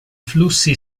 flussi